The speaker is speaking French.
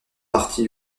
partie